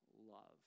love